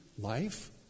Life